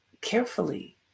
carefully